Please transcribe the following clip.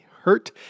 hurt